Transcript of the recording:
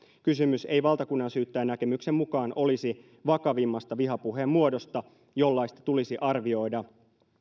kysymys ei valtakunnansyyttäjän näkemyksen mukaan olisi vakavimmasta vihapuheen muodosta jollaista tulisi arvioida